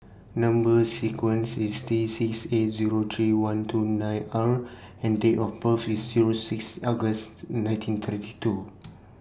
Number sequence IS T six eight Zero three one two nine R and Date of birth IS Zero six August nineteen thirty two